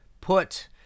put